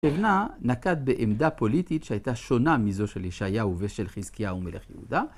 שרנה נקט בעמדה פוליטית שהייתה שונה מזו של ישעיהו ושל חזקיהו מלך יהודה.